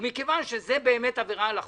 ומכיוון שזאת עבירה על החוק,